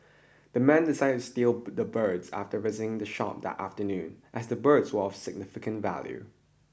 the men decided to steal but the birds after visiting the shop that afternoon as the birds were of significant value